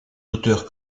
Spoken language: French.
auteurs